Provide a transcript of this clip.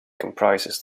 comprises